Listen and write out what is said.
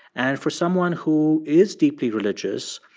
and for someone who is deeply religious,